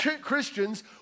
Christians